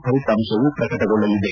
ಫಲಿತಾಂಶವೂ ಪ್ರಕಟಗೊಳ್ಲಲಿದೆ